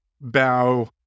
bow